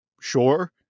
sure